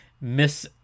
miss